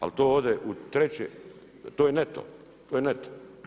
Ali to ode u treće, to je neto, to je neto.